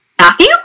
Matthew